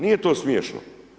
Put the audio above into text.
Nije to smiješno.